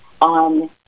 on